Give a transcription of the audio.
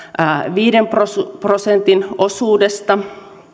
viiden prosentin prosentin osuudesta